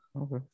okay